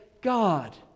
God